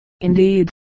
indeed